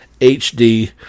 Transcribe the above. HD